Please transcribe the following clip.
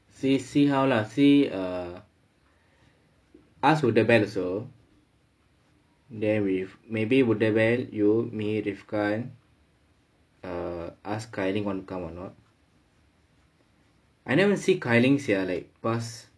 see see how lah see err asked also then with maybe you me rifkan err ask kai ling want to come or not I never see kai ling sia like past